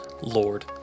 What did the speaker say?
Lord